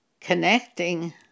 connecting